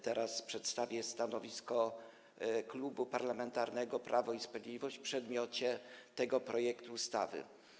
Teraz przedstawię stanowisko Klubu Parlamentarnego Prawo i Sprawiedliwość w przedmiocie tego projektu ustawy.